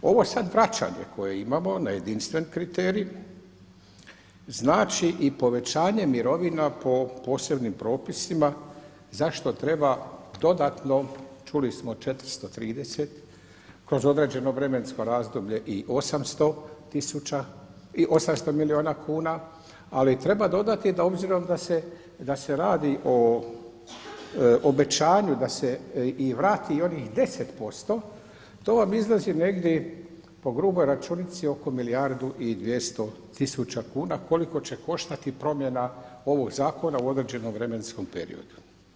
Ovo sad vraćanje koje imamo na jedinstven kriterij znači i povećanje mirovina po posebnim propisima zašto treba dodatno, čuli smo 430, kroz određeno vremensko razdoblje i 800 milijuna kuna, ali treba dodati da s obzirom da se radi o obećanju da se i vrati i onih 10 posto, to vam iznosi negdje po gruboj računici oko milijardu i 200 tisuća kuna koliko će koštati promjena ovog zakona u određenom vremenskom periodu.